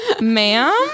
ma'am